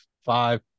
five